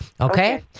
Okay